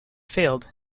failed